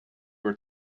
were